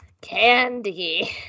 Candy